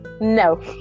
No